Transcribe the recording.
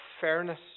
fairness